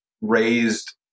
raised